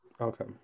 Okay